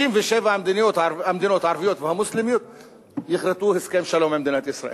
57 המדינות הערביות והמוסלמיות יכרתו הסכם שלום עם מדינת ישראל.